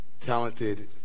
talented